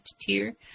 tier